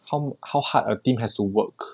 how how hard a team has to work